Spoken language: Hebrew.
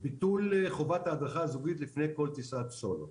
ביטול חובת ההדרכה הזוגית לפני כל טיסת סולו.